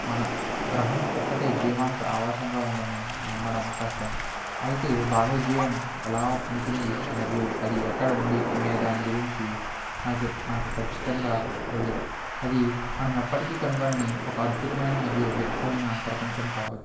మన గ్రహం ఒక్కటే జీవానికి ఆవాసంగా ఉందని నమ్మడం కష్టం అయితే బాహ్య జీవం ఎలా ఉంటుంది మరియు అది ఎక్కడ ఉంది అనే దాని గురించి నాకిప్ నాకు ఖచ్చితంగా తెలియదు అది మనం ఎప్పటికి కనుగొనని ఒక అద్భుతమైన మరియు వింతైన ప్రపంచం కావచ్చు